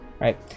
right